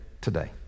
today